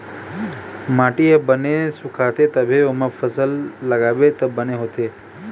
माटी ह बने सुखाथे तभे ओमा फसल लगाबे त बने होथे